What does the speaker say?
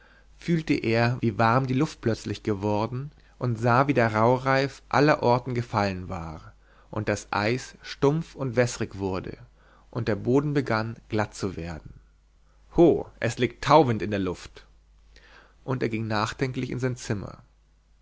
fühlte er wie warm die luft plötzlich geworden und sah wie der rauhreif allerorten gefallen war und das eis stumpf und wässerig wurde und der boden begann glatt zu werden ho es liegt tauwind in der luft und er ging nachdenklich in sein zimmer